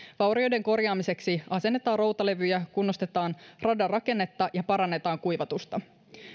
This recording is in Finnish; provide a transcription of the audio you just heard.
vaurioiden korjaamiseksi asennetaan routalevyjä kunnostetaan radan rakennetta ja parannetaan kuivatusta